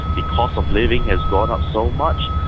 the cost of living has gone up so much,